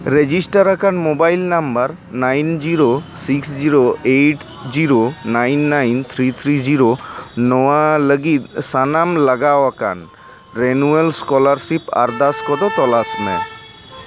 register ᱟᱠᱟᱱ mobile number nine zero six zero eight zero nine nine three three zero ᱱᱚᱶᱟ ᱞᱟᱹᱜᱤᱫ ᱥᱟᱱᱟᱢ ᱞᱟᱜᱟᱣ ᱟᱠᱟᱱ ᱨᱮᱱᱩᱭᱟᱞ ᱥᱠᱚᱞᱟᱨᱥᱤᱯ ᱟᱨᱫᱟᱥ ᱠᱚᱫᱚ ᱛᱚᱞᱟᱥ ᱢᱮ